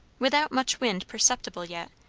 without much wind perceptible yet,